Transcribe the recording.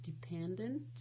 dependent